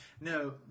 No